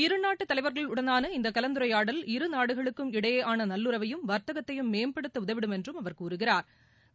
இரு நாட்டு தலைவர்களுடனான இந்த கலந்துரையாடல் இரு நாடுகளுக்கும் இடையேயான நல்லுறவையும் வா்த்தகத்தையும் மேம்படுத்த உதவிடும் என்றும் அவா் கூறுகிறாா்